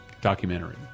documentary